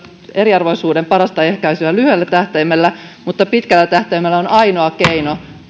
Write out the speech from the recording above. eriarvoisuuden parasta ehkäisyä ei pelkästään lyhyellä tähtäimellä vaan myös pitkällä tähtäimellä se on ainoa keino